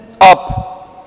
up